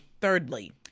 thirdly